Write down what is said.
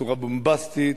בצורה בומבסטית,